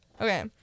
Okay